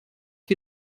wie